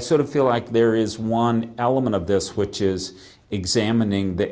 sort of feel like there is one element of this which is examining the